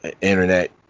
Internet